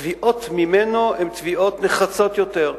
התביעות ממנו הן תביעות נחרצות יותר,